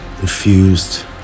infused